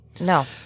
No